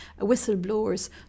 whistleblowers